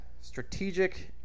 strategic